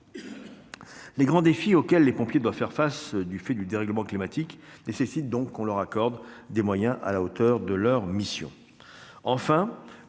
les grands défis auxquels les pompiers doivent faire face du fait du dérèglement climatique nous imposent de leur accorder des moyens à la hauteur de leur mission. Quant